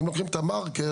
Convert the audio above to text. אם לוקחים את המרקר,